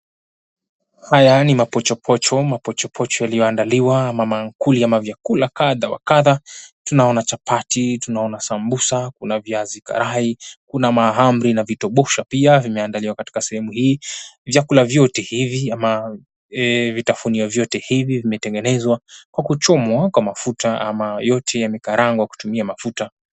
Haya ni mapochopocho. Mapochopocho yaliyoandaliwa ama maakuli ama vyakula kadha wa kadha. Tunaona chapati, tunaona sambusa, kuna viazi karai, kuna mahamri na vitobosha pia vimeandaliwa katika sehemu hii. Vyakula vyote hivi ama vitafunio vyote hivi vimetengenezwa kwa kuchomwa kwa mafuta ama yote yamekarangwa kutumia mafuta.